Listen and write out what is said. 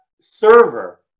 server